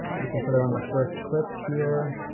we can put it on the first clip here.